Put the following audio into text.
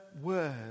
word